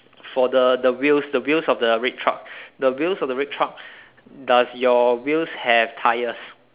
for the the wheels the wheels of the red truck the wheels of the red truck does your wheels have tyres